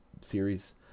series